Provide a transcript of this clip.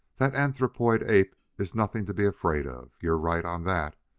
that anthropoid ape is nothing to be afraid of you're right on that.